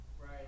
Right